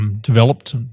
developed